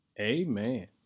Amen